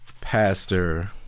pastor